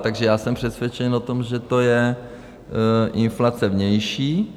Takže já jsem přesvědčen o tom, že to je inflace vnější.